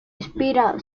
inspira